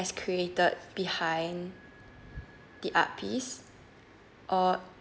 has created behind the art piece or